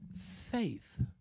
Faith